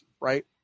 right